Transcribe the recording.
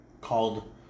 called